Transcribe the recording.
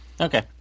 Okay